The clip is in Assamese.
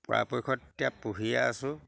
পৰাপক্ষত এতিয়া পুহিয়ে আছোঁ